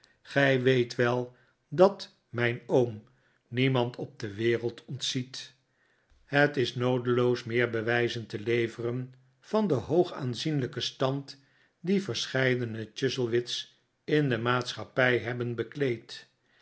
gij weet wel dat mijn oom niemand op de wereld ontziet het is noodeloos meer bewijzen te leveren van den hoog aanzienlijken stand dien verscheidene chuzzlewit's in de maatschappij hebben bekleed